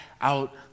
out